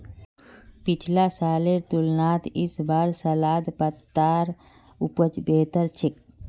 पिछला सालेर तुलनात इस बार सलाद पत्तार उपज बेहतर छेक